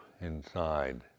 inside